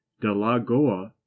delagoa